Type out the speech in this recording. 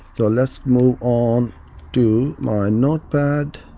so lets move on to my notepad.